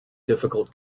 difficult